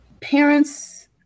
Parents